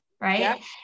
right